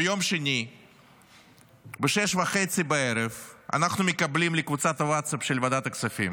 ביום שני ב-18:30 אנחנו מקבלים לקבוצת הווטסאפ של ועדת הכספים